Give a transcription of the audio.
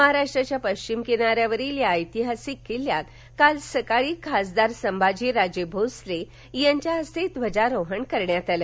महाराष्ट्राच्या पश्चिम किनाऱ्यावरील या ऐतिहासिक किल्ल्यात काल सकाळी खासदार संभाजीराजे भोसले यांच्या हस्ते ध्वजारोहण करण्यात आलं